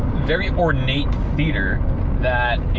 very ornate theater that